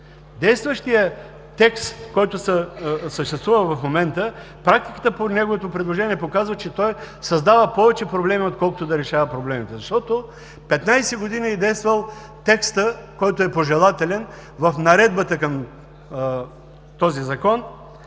Действащият текст, който съществува в момента, практиката по неговото приложение показва, че той създава повече проблеми, отколкото да решава проблемите, защото 15 години е действал текстът, който е пожелателен в наредбата към този закон.